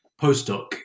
postdoc